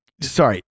sorry